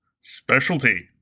Specialty